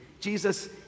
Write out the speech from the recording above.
Jesus